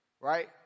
right